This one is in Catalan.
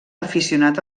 aficionat